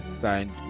signed